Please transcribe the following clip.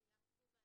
אני לילך קובה,